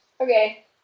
Okay